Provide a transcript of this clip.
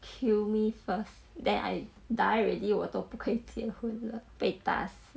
kill me first then I die already 我都不可以结婚了被打死